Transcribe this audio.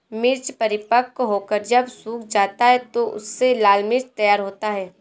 मिर्च परिपक्व होकर जब सूख जाता है तो उससे लाल मिर्च तैयार होता है